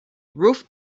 roof